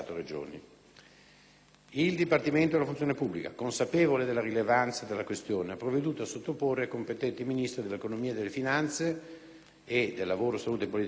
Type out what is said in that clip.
Il Dipartimento della funzione pubblica, consapevole della rilevanza della questione, ha provveduto a sottoporla ai competenti Ministri dell'economia e delle finanze e del lavoro, salute e politiche sociali,